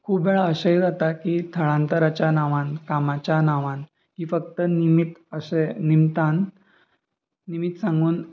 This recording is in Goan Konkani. खूब वेळा अशेंय जाता की थळांतराच्या नांवान कामाच्या नांवान ही फक्त निमीत अशें निमतान निमीत सांगून